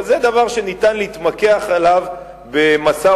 אבל זה דבר שניתן להתמקח עליו במשא-ומתן.